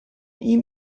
ihm